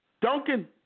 Duncan